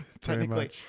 technically